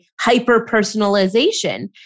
hyper-personalization